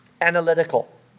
Analytical